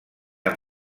amb